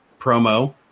Promo